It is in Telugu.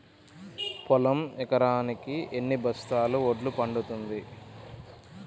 పొలం ఎకరాకి ఎన్ని బస్తాల వడ్లు పండుతుంది?